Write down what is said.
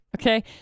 okay